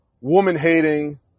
woman-hating